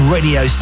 Radio